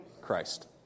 Christ